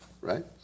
Right